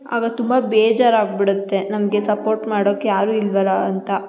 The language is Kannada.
ಆಗ ತುಂಬ ಬೇಜಾರಾಗಿಬಿಡತ್ತೆ ನಮಗೆ ಸಪೋಟ್ ಮಾಡೋಕ್ಕೆ ಯಾರೂ ಇಲ್ವಲ್ಲಾ ಅಂತ